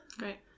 Right